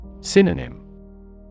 Synonym